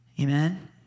Amen